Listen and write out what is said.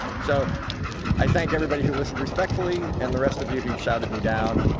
so i think everybody who listened respectfully and the rest of you who shouted me down,